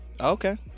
Okay